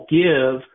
give